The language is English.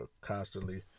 constantly